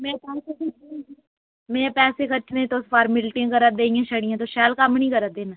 में में पैसे खर्चने तुस फार्मिल्टियां करा दे इ'यां छड़ियां तुस शैल कम्म निं करै दे हैन